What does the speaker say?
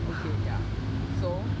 okay ya so